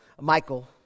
Michael